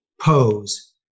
pose